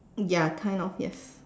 ya kind of yes